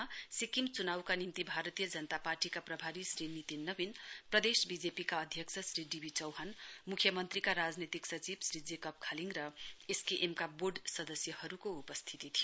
पत्रकार सम्मेलनमा सिक्किम चुनाउका निम्ति भारतीय जनता पार्टीका प्रभारी श्री नितिन नवीन प्रदेश वीजेपी का अध्यक्ष श्री डी बी चौहान मुख्यमन्त्रीका राजनैतिक सचिव श्री जेकब खालिङ र एसकेएम का वोर्ड सदस्यहरुको उपस्थिती थियो